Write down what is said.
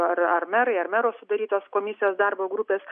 ar ar merai ar mero sudarytos komisijos darbo grupės